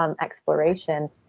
exploration